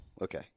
Okay